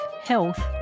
Health